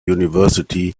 university